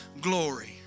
glory